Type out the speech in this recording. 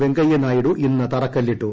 വെങ്കയ്യനായിഡു ഇന്ന് തറക്കല്ലിട്ടു